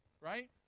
right